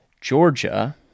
Georgia